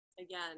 Again